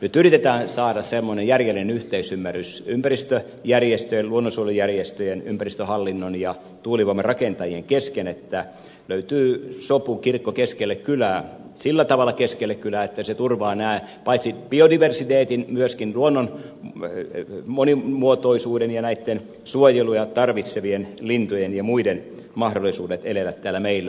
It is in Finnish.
nyt yritetään saada semmoinen järjellinen yhteisymmärrys ympäristöjärjestöjen luonnonsuojelujärjestöjen ympäristöhallinnon ja tuulivoimarakentajien kesken että löytyy sopu kirkko keskelle kylää sillä tavalla keskelle kylää että se turvaa paitsi biodiversiteetin myöskin luonnon monimuotoisuuden ja näitten suojelua tarvitsevien lintujen ja muiden mahdollisuudet elellä täällä meillä